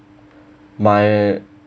my